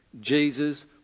Jesus